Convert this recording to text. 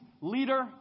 leader